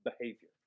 behavior